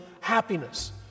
happiness